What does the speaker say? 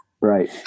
Right